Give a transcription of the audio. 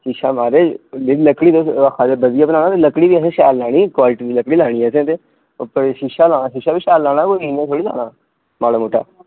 शीशा माराज इन्नी लकड़ी तुस आक्खा दे बधिया बनायो लकड़ी बी असें शैल लानी क्वालिटी दी लकड़ी लानी असें ते ओह् कन्ने शीशा लाना शीशा बी शैल लाना कोई इयां होड़ी लाना माड़ा मुट्टा